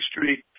street